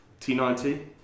T90